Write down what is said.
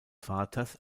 vaters